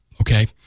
okay